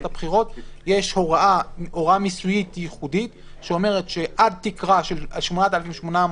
הבחירות יש הוראה מיסויית ייחודית שאומרת שעד תקרה של 8,800